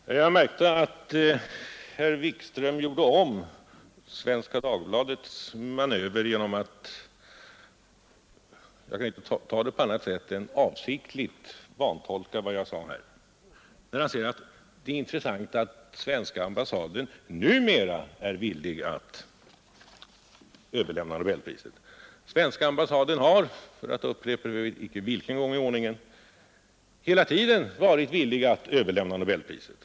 Herr talman! Jag märkte att herr Wikström gjorde om Svenska Dagbladets manöver genom att — jag kan inte se det på annat sätt — avsiktligt vantolka vad jag framhöll här, när han sade att det är intressant att svenska ambassaden numera är villig att överlämna nobelpriset. Svenska ambassaden har — för att upprepa jag vet inte för vilken gång i ordningen — hela tiden varit villig att överlämna nobelpriset.